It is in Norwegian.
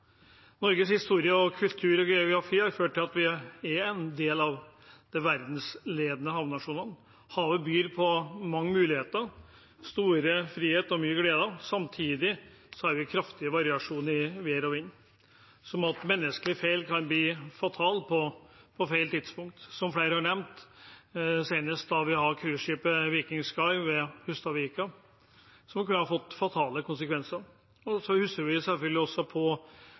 Norges historie, kultur og geografi har ført til at vi er en del av de verdensledende havnasjonene. Havet byr på mange muligheter, stor frihet og mye glede. Samtidig har vi kraftig variasjon i vær og vind. Så menneskelige feil kan bli fatale på feil tidspunkt, som flere har nevnt, senest hendelsen med cruiseskipet «Viking Sky» på Hustadvika, som kunne fått fatale konsekvenser. Vi husker selvfølgelig også forliset av «Sleipner» i 1999. Redningsaksjonen på